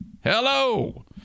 Hello